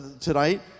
tonight